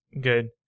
good